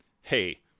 hey